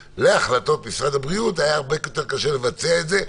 להחלטות משרד הבריאות היה הרבה יותר קשה לבצע את זה,